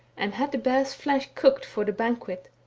and had the bear's flesh cooked for the banquet.